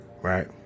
right